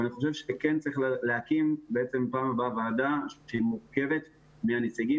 אני חושב שצריכה להיות ועדה שתהיה מורכבת מהנציגים